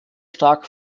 stark